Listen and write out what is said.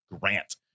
Grant